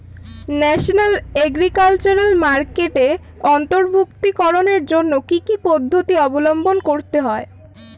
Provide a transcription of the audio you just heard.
National agriculture মার্কেটে অন্তর্ভুক্তিকরণের জন্য কি কি পদ্ধতি অবলম্বন করতে হয়?